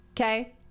Okay